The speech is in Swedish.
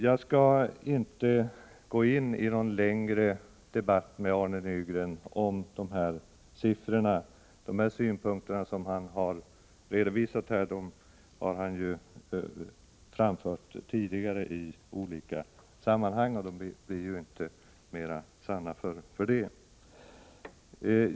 Jag skall inte gå in i någon längre debatt med Arne Nygren om dessa siffror; de här synpunkterna har han ju framfört tidigare i olika sammanhang, och de blir inte mer sanna för det.